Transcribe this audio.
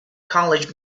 college